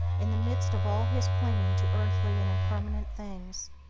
in the midst of all his clinging to earthly and impermanent things,